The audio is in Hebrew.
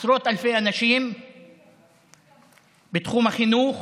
עשרות אלפי אנשים בתחום החינוך,